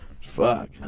Fuck